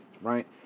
right